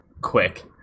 quick